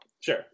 Sure